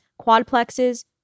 quadplexes